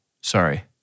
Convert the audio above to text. Sorry